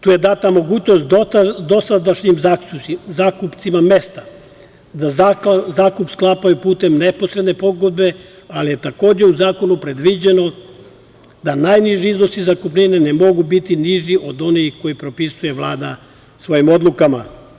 Tu je data mogućnost dosadašnjim zakupcima mesta da zakup sklapaju putem neposredne pogodbe, ali je takođe u zakonu predviđeno da najniži iznosi zakupnine ne mogu biti niži od onih koje propisuje Vlada svojim odlukama.